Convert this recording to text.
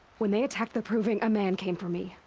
when they attacked the proving, a man came for me.